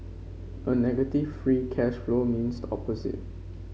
a negative free cash flow means the opposite